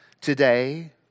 Today